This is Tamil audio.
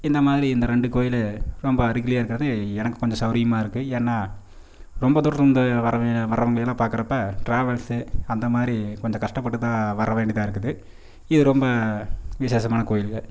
இந்த மாதிரி இந்த ரெண்டு கோவிலு ரொம்ப அருகிலேயே இருக்கிறது எனக்கு கொஞ்சம் சவுகரியமா இருக்குது ஏன்னா ரொம்ப தூரத்தில் இருந்து வரற வச் வரறவங்கள எல்லாம் பார்க்குற அப்போ ட்ரவல்சு அந்த மாதிரி கொஞ்சம் கஷ்ட்டப்பட்டு தான் வர வேண்டியதாக இருக்குது இது ரொம்ப விசேஷமான கோயில்